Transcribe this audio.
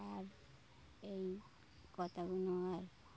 আর এই কথাগুলো আর